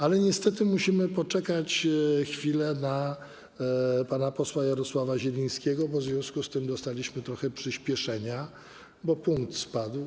Ale niestety musimy poczekać chwilę na pana posła Jarosława Zielińskiego, bo dostaliśmy trochę przyśpieszenia, bo punkt spadł.